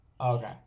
Okay